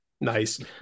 Nice